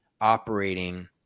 operating